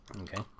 Okay